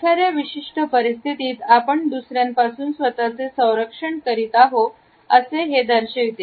एखाद्या विशिष्ट परिस्थितीत आपण दुसऱ्यापासून स्वतःचे संरक्षण करीत आहोत असे हे दर्शविते